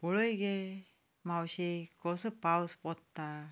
पळय गे मावशे कसो पावस वत्ता